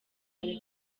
ari